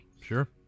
Sure